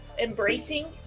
embracing